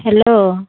hello